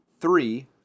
Three